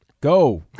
Go